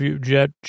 jet